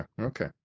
okay